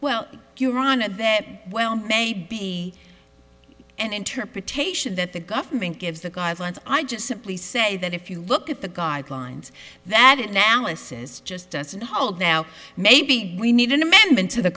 well huron at that well may be and interpretation that the government gives the guidelines i just simply say that if you look at the guidelines that analysis just doesn't hold now maybe we need an amendment to the